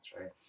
right